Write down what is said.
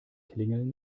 klingeln